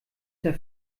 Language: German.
der